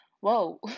whoa